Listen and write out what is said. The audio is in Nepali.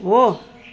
हो